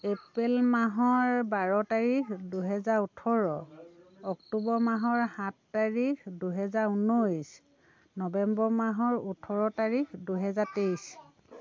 এপ্ৰিল মাহৰ বাৰ তাৰিখ দুহেজাৰ ওঠৰ অক্টোবৰ মাহৰ সাত তাৰিখ দুহেজাৰ ঊনৈছ নৱেম্বৰ মাহৰ ওঠৰ তাৰিখ দুহেজাৰ তেইছ